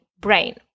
brain